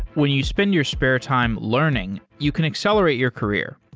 when you spend your spare time learning, you can accelerate your career.